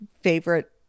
favorite